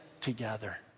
together